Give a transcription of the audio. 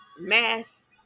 mass